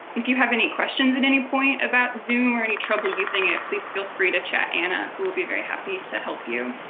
if you have any questions at and any point about zoom or any trouble using it, please feel free to chat anna, who will be very happy to help you.